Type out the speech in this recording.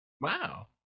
Wow